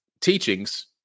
teachings